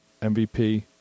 MVP